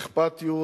אכפתיות,